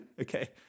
Okay